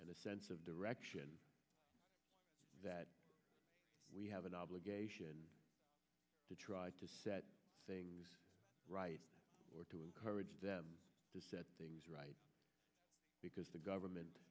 and a sense of direction that we have an obligation to try to set things right or to encourage them to set things right because the government